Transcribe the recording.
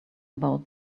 about